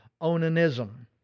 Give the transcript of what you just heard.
Onanism